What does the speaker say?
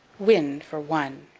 win for won.